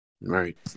Right